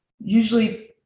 usually